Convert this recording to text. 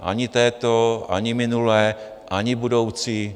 Ani této, ani minulé, ani budoucí.